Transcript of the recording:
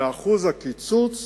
ו-1% הקיצוץ